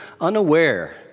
unaware